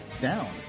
down